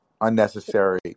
unnecessary